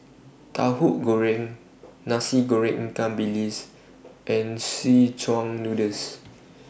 Tahu Goreng Nasi Goreng Ikan Bilis and Szechuan Noodles